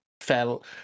fell